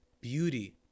beauty